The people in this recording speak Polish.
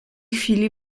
chwili